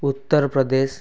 Uttar Pradesh